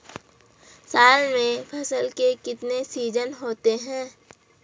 साल में फसल के कितने सीजन होते हैं?